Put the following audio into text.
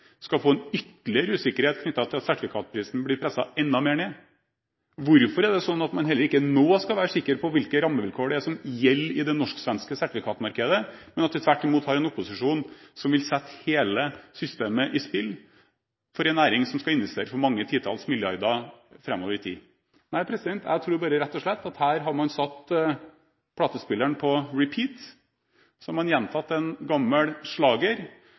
skal få en ytterligere usikkerhet knyttet til at sertifikatprisen blir presset enda mer ned? Hvorfor er det sånn at man heller ikke nå skal være sikker på hvilke rammevilkår det er som gjelder i det norsk-svenske sertifikatmarkedet, men at vi tvert imot har en opposisjon som vil sette hele systemet i spill for en næring som skal investere for mange titalls milliarder framover i tid? Nei, jeg tror bare rett og slett at her har man satt platespilleren på «repeat» og gjentatt en gammel slager.